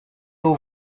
aux